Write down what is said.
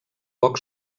poc